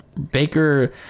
Baker